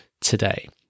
today